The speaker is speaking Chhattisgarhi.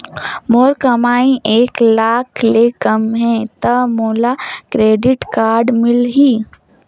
मोर कमाई एक लाख ले कम है ता मोला क्रेडिट कारड मिल ही?